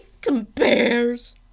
compares